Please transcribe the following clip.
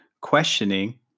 questioning